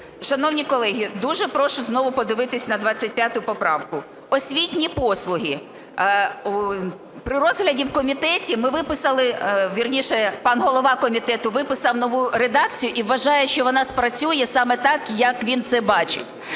Шановні колеги, дуже прошу знову подивитись на 25 поправку – освітні послуги. При розгляді в комітеті ми виписали, вірніше пан голова комітету виписав нову редакцію, і вважає, що вона спрацює саме так, як він це бачить.